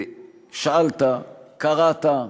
שאלת, קראת,